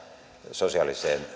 sosiaaliseen